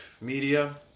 media